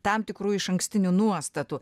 tam tikrų išankstinių nuostatų